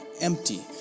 empty